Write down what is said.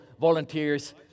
volunteers